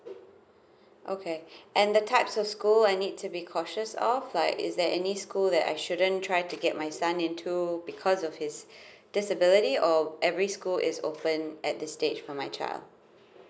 okay and the types of school I need to be cautious of like is there any school that I shouldn't try to get my son into because of his disability or every school is open at this stage for my child